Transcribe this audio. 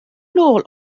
nôl